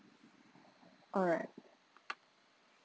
alright